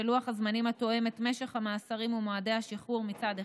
בלוח זמנים התואם את משך המאסרים ומועדי השחרור מצד אחד,